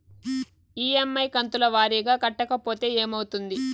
EMI కంతుల వారీగా కట్టకపోతే ఏమవుతుంది?